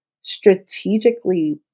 strategically